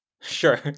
Sure